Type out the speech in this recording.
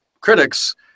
critics